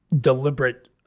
deliberate